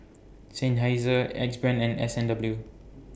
Seinheiser Axe Brand and S and W